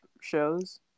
shows